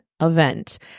event